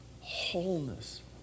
Wholeness